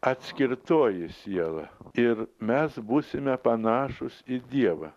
atskirtoji siela ir mes būsime panašūs į dievą